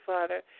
Father